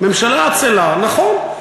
ממשלה עצלה, נכון.